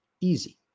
easy